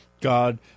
God